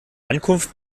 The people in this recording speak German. ankunft